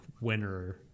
winner